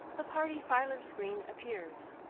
the party filer screen appears.